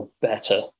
better